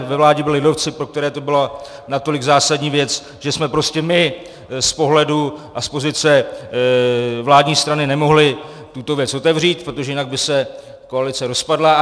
Ve vládě byli lidovci, pro které to byla natolik zásadní věc, že jsme prostě my z pohledu a z pozice vládní strany nemohli tuto věc otevřít, protože jinak by se koalice rozpadla.